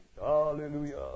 Hallelujah